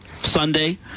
Sunday